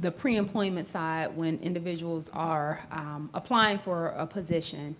the preemployment side when individuals are applying for a position.